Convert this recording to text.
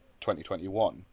2021